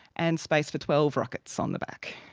and space for twelve rockets on the back.